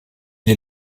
den